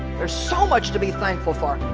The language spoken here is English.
there's so much to be thankful for